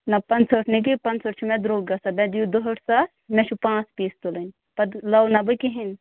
نہَ پانٛژھ ہٲٹھ نہٕ کیٚنٛہہ پانٛژھ ہٲٹھ چھُ مےٚ درٛۅگ گژھن یا دِیِو دُہٲٹھ ساس مےٚ چھُ پانٛژھ پیٖس تُلٕنۍ پَتہٕ لَوٕ نا بہٕ کِہیٖنٛۍ